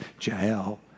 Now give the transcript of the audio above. Jael